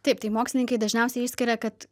taip tai mokslininkai dažniausiai išskiria kad